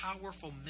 powerful